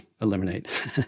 eliminate